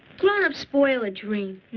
grown ups spoil a dream.